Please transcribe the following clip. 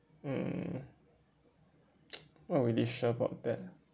mm not really sure about that